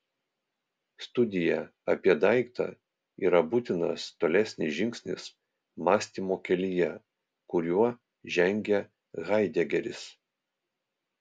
studija apie daiktą yra būtinas tolesnis žingsnis mąstymo kelyje kuriuo žengia haidegeris